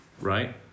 right